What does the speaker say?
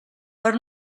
per